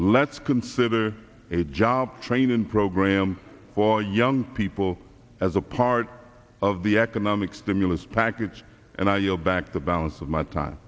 let's consider a job training program for young people as a part of the economic stimulus package and i yield back the balance of my time